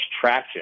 traction